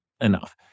enough